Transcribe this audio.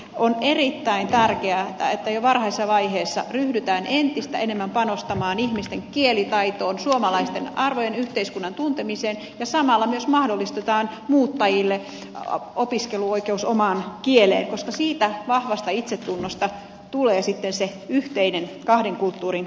on erittäin tärkeätä että jo varhaisessa vaiheessa ryhdytään entistä enemmän panostamaan ihmisten kielitaitoon suomalaisten arvojen ja yhteiskunnan tuntemiseen ja samalla myös mahdollistetaan muuttajille opiskeluoikeus omaan kieleen koska siitä vahvasta itsetunnosta tulee sitten se yhteinen kahden kulttuurin kansalaisuus